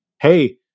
hey